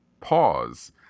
pause